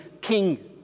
King